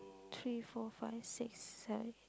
three four five six seven eight